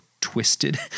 twisted